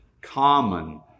common